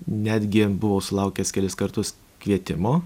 netgi buvau sulaukęs kelis kartus kvietimo